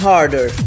Harder